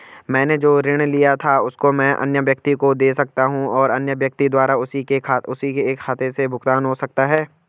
मैंने जो ऋण लिया था उसको मैं अन्य व्यक्ति को दें सकता हूँ और अन्य व्यक्ति द्वारा उसी के खाते से भुगतान हो सकता है?